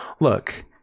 Look